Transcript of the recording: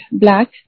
black